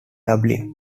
dublin